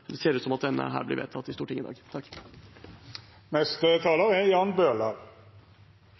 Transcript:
ser ut til at dette blir vedtatt i Stortinget i dag.